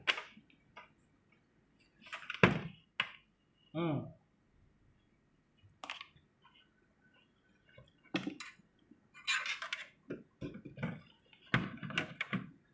mm